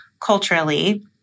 culturally